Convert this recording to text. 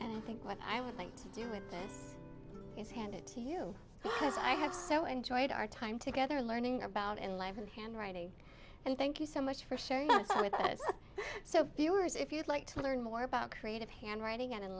and i think what i would like to do with this is handed to you as i have so enjoyed our time together learning about in life and handwriting and thank you so much for sharing so viewers if you'd like to learn more about creative handwriting and